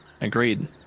Agreed